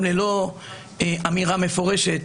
פונים גם ללא אמירה מפורשת.